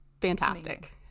fantastic